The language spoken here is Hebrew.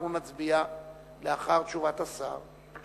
אנחנו נצביע לאחר תשובת השר.